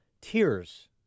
tears